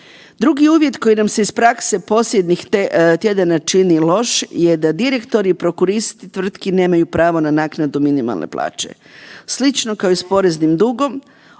Drugi uvjet koji nam se iz prakse posljednjih tjedana čini loš, je da direktori i prokuristi tvrtki nemaju pravo na naknadu minimalne plaće. Slično kao i s poreznim dugom